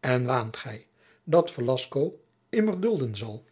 en waant gij dat velasco immer dulden zal